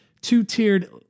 two-tiered